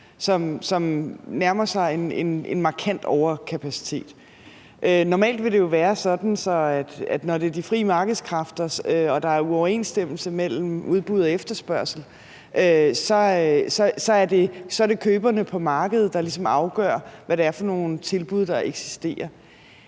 som nærmer sig en markant overkapacitet. Normalt ville det jo være sådan, når det er de frie markedskræfter og der er uoverensstemmelser mellem udbud og efterspørgsel, at så er det køberne på markedet, der ligesom afgør, hvad det er for nogle tilbud, der eksisterer.